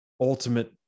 ultimate